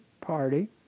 party